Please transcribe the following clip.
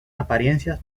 apariencia